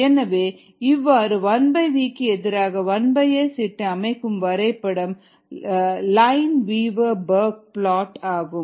எனவே இவ்வாறு 1v க்கு எதிராக 1S இட்டு அமைக்கும் வரைபடம் லைன்வீவர் பர்க்கி பிளாட் ஆகும்